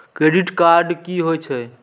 Credit card की होई छै?